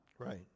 Right